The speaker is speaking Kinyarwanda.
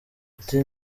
ati